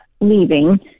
leaving